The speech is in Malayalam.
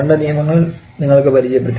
രണ്ട് നിയമങ്ങൾ നിങ്ങൾക്ക് പരിചയപ്പെടുത്തി